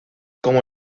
como